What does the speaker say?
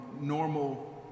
normal